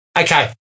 Okay